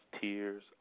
tears